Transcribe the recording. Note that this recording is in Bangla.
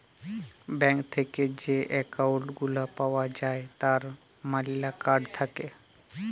ব্যাঙ্ক থেক্যে যে একউন্ট গুলা পাওয়া যায় তার ম্যালা কার্ড থাক্যে